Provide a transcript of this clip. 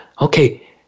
okay